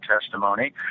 testimony